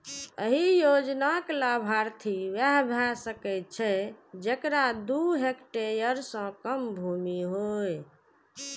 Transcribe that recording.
एहि योजनाक लाभार्थी वैह भए सकै छै, जेकरा दू हेक्टेयर सं कम भूमि होय